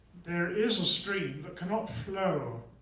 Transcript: there is a stream that cannot flow.